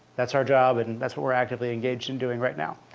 that's our job, and and that's what we're actively engaged in doing right now.